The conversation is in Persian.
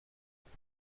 جدید